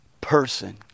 person